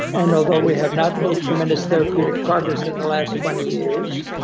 and although we have not made tremendous therapeutic progress in the last twenty years.